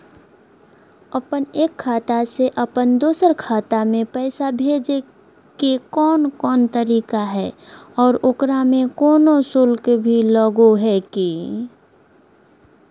अपन एक खाता से अपन दोसर खाता में पैसा भेजे के कौन कौन तरीका है और ओकरा में कोनो शुक्ल भी लगो है की?